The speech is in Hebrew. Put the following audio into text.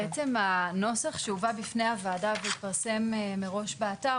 בעצם הנוסח שהובא בפני הוועדה והתפרסם מראש באתר,